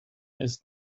ist